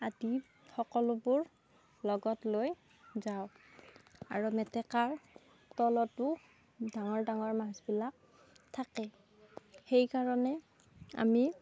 আদি সকলোবোৰ লগত লৈ যাওঁ আৰু মেটেকাৰ তলতো ডাঙৰ ডাঙৰ মাছবিলাক থাকে সেইকাৰণে আমি